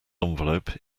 envelope